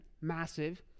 massive